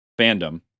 fandom